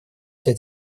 этой